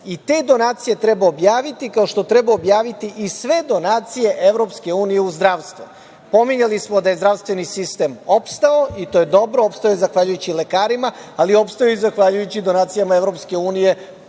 i te donacije treba objaviti, kao što treba objaviti i sve donacije EU u zdravstvo. Pominjali smo da je zdravstveni sistem opstao i to je dobro. Opstao je zahvaljujući lekarima, ali opstao je i zahvaljujući donacijama EU.